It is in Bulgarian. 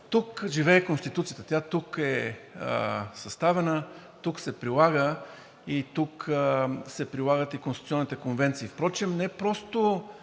Тук живее Конституцията, тя тук е съставена, тук се прилага, тук се прилагат и конституционните конвенции. Впрочем не просто